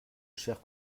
chers